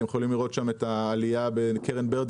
אתם יכולים לראות שם את העלייה בקרן בירד